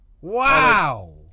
wow